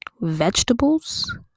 vegetables